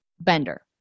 bender